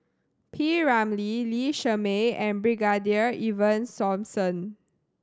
P Ramlee Lee Shermay and Brigadier Ivan Simson